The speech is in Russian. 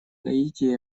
гаити